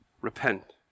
repent